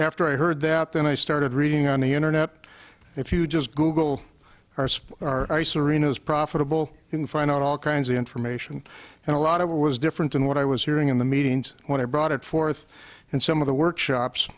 after i heard that then i started reading on the internet if you just google our serenus profitable you can find out all kinds of information and a lot of what was different than what i was hearing in the meetings when i brought it forth and some of the workshops